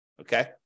Okay